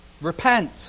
Repent